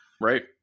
right